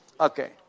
Okay